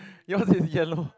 yours is yellow